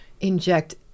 inject